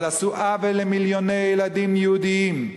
אבל עשו עוול למיליוני ילדים יהודים,